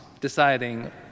deciding